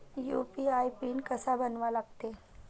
UPI PIN कसा बनवा लागते?